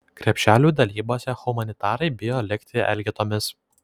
krepšelių dalybose humanitarai bijo likti elgetomis